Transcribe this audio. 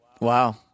Wow